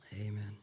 Amen